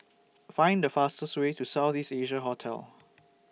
Find The fastest Way to South East Asia Hotel